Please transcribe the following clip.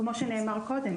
כמו שנאמר קודם,